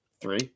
Three